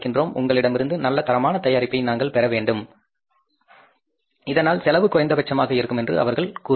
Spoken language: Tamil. உங்களிடமிருந்து நல்ல தரமான தயாரிப்பை நாங்கள் பெறவேண்டும் இதனால் செலவு குறைந்தபட்சமாக இருக்கும் என்று அவர்கள் கூறுகின்றார்கள்